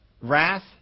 Wrath